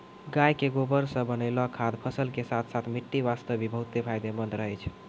गाय के गोबर सॅ बनैलो खाद फसल के साथॅ साथॅ मिट्टी वास्तॅ भी बहुत फायदेमंद रहै छै